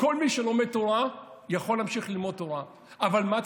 כל מי שלומד תורה יכול להמשיך ללמוד תורה, אבל מה?